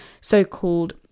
so-called